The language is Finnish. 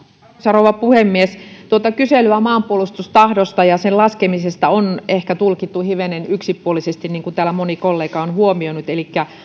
rouva puhemies tuota kyselyä maanpuolustustahdosta ja sen laskemisesta on ehkä tulkittu hivenen yksipuolisesti niin kuin täällä moni kollega on huomioinut elikkä